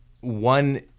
One